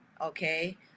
Okay